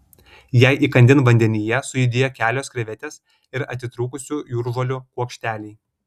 jai įkandin vandenyje sujudėjo kelios krevetės ir atitrūkusių jūržolių kuokšteliai